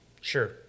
sure